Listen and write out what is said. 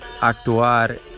actuar